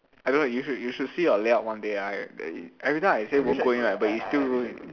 I don't know you should you should see your layup one day ah I every time I say won't go in but it still